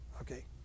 okay